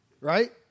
right